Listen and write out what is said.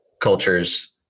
cultures